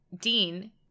Dean